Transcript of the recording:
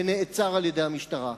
ונעצר על-ידי המשטרה.